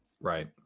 Right